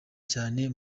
cyane